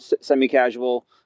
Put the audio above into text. semi-casual